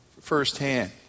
firsthand